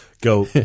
go